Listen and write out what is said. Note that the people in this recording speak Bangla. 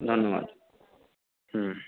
ধন্যবাদ হুম